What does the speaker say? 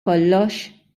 kollox